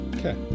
Okay